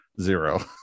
zero